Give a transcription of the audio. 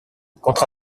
contre